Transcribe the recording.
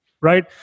right